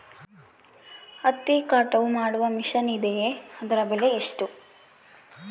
ಹತ್ತಿ ಕಟಾವು ಮಾಡುವ ಮಿಷನ್ ಇದೆಯೇ ಅದರ ಬೆಲೆ ಎಷ್ಟು?